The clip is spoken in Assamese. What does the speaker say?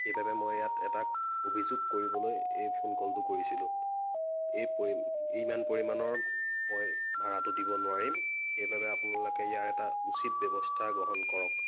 সেইবাবে মই ইয়াত এটা অভিযোগ কৰিবলৈ এই ফোন কলটো কৰিছিলোঁ এই এই ইমান পৰিমাণৰ মই ভাড়াটো দিব নোৱাৰিম সেইবাবে আপোনালোকে ইয়াৰ এটা উচিত ব্যৱস্থা গ্ৰহণ কৰক